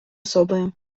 особою